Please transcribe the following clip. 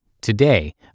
today